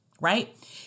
right